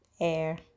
air